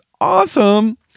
awesome